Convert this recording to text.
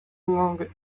longer